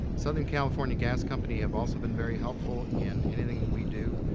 southern california gas company have also been very helpful in anything that we do.